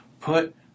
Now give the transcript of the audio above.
put